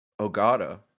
Ogata